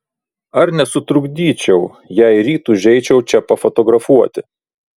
ar nesutrukdyčiau jei ryt užeičiau čia pafotografuoti